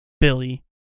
Billy